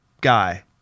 guy